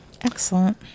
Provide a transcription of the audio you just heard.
Excellent